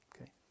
okay